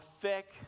thick